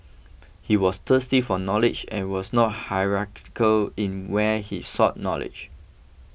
he was thirsty for knowledge and was not hierarchical in where he sought knowledge